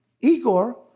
Igor